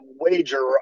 wager